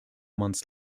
months